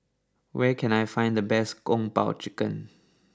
where can I find the best Kung Po Chicken